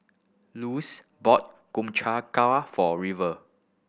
Lossie bought Gobchang ga for River